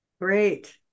Great